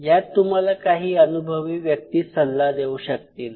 यात तुम्हाला काही अनुभवी व्यक्ती सल्ला देऊ शकतात